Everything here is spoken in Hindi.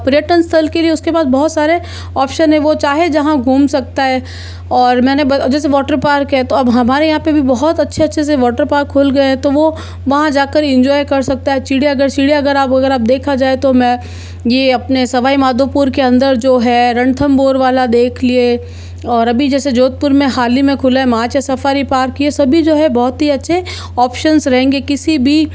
पर्यटन स्थल के लिए उसके बाद बहुत सारे ऑप्शन है वो चाहे जहाँ घूम सकता है और मैंने जैसे वाटर पार्क है तो अब हमारे यहाँ पर भी बोहोत अच्छे अच्छे से वाटर पार्क खुल गए तो वो वहाँ जा कर इंजॉय कर सकता है चिड़ियाघर चिड़ियाघर अब अगर अब देखा जाए तो मैं ये अपने सवाई माधोपुर के अंदर जो है रणथंबोर वाला देख लीजिए और अभी जैसे जोधपुर में हालही में खुला है माचिया सफ़ारी पार्क ये सभी जो है बहुत ही अच्छे ऑप्शनस रहेंगे किसी भी